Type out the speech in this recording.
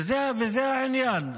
וזה העניין.